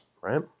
right